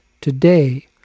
today